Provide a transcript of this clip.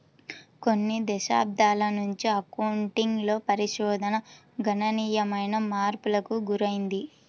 కొన్ని దశాబ్దాల నుంచి అకౌంటింగ్ లో పరిశోధన గణనీయమైన మార్పులకు గురైంది